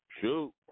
Shoot